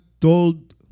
told